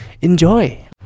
enjoy